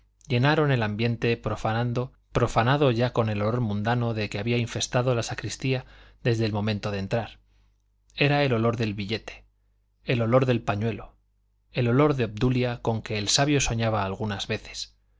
llenaron el ambiente profanado ya con el olor mundano de que había infestado la sacristía desde el momento de entrar era el olor del billete el olor del pañuelo el olor de obdulia con que el sabio soñaba algunas veces